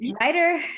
Writer